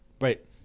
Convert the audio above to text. right